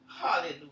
Hallelujah